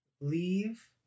leave